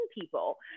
people